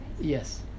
Yes